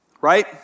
right